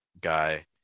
guy